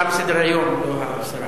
מסדר-היום.